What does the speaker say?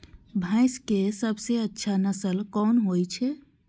भैंस के सबसे अच्छा नस्ल कोन होय छे?